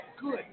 good